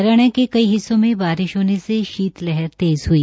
हरियाणा के कई हिस्सों में बारिश होने से शीत लहर तेज़ हुई